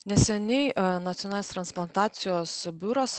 neseniai nacionalinis transplantacijos biuras